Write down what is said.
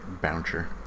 Bouncer